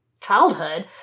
childhood